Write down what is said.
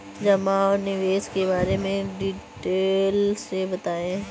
जमा और निवेश के बारे में डिटेल से बताएँ?